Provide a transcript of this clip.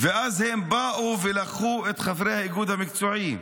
// ואז הם באו ולקחו את חברי האיגוד המקצועי,